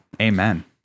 Amen